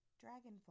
dragonfly